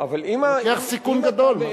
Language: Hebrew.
אתה לוקח סיכון גדול.